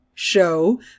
show